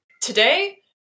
Today